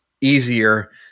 easier